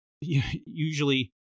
usually